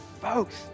Folks